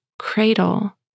cradle